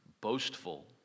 boastful